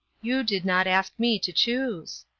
you did not ask me to choose.